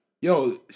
yo